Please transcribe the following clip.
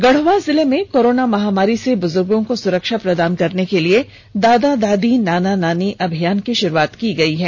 गढ़वा जिले में कोरोना महामारी से बुजुर्गो को सुरक्षा प्रदान करने के लिये दादा दादी नाना नानी अभियान की शुरुआत की गयी है